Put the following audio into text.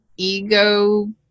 ego